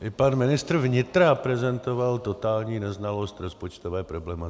i pan ministr vnitra prezentoval totální neznalost rozpočtové problematiky.